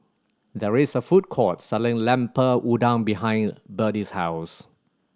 there is a food court selling Lemper Udang behind Byrdie's house